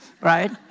right